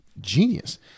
genius